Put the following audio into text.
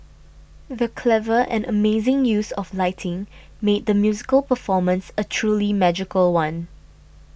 the clever and amazing use of lighting made the musical performance a truly magical one